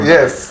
Yes